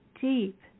deep